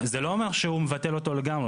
זה לא אומר שהוא מבטל אותו לגמרי,